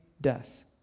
death